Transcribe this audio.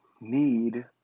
need